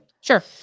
Sure